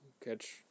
Catch